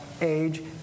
age